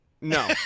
No